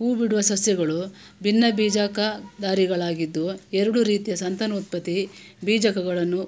ಹೂಬಿಡುವ ಸಸ್ಯಗಳು ಭಿನ್ನಬೀಜಕಧಾರಿಗಳಾಗಿದ್ದು ಎರಡು ರೀತಿಯ ಸಂತಾನೋತ್ಪತ್ತಿ ಬೀಜಕಗಳನ್ನು